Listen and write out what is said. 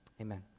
Amen